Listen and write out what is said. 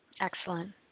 Excellent